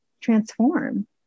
transform